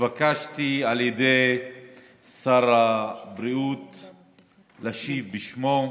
התבקשתי על ידי שר הבריאות להשיב בשמו.